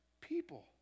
people